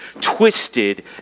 twisted